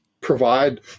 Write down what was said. provide